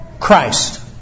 Christ